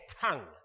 tongue